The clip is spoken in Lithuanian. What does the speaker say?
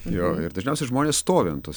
jo ir dažniausiai žmonės stovi ant tos